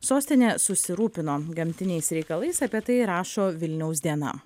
sostinė susirūpino gamtiniais reikalais apie tai rašo vilniaus diena